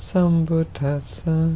Sambutasa